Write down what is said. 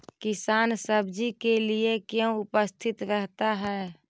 किसान सब्जी के लिए क्यों उपस्थित रहता है?